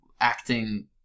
acting